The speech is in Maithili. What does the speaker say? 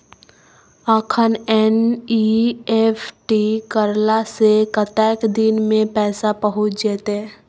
अखन एन.ई.एफ.टी करला से कतेक दिन में पैसा पहुँच जेतै?